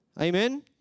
Amen